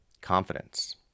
confidence